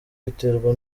biterwa